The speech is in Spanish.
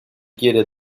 quiere